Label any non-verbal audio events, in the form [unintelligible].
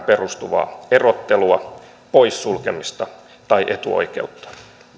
[unintelligible] perustuvaa erottelua poissulkemista tai etuoikeutta